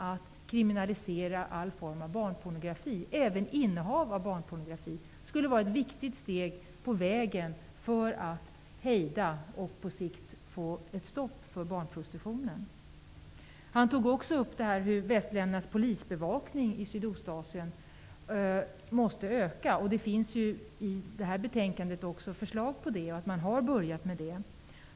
Att kriminalisera all form av barnpornografi, även innehav av barnpornografi, skulle vara ett viktigt steg på vägen för att hejda och på sikt sätta stopp för barnprostitutionen enligt professor Han berörde också att västländernas polisbevakning i Sydostasien måste öka. I det här betänkandet finns det också förslag på den punkten; man har redan börjat med det.